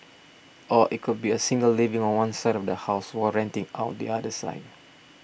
or it could be a single living on one side of the house while renting out the other side